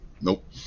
Nope